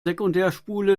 sekundärspule